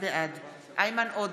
בעד איימן עודה,